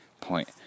point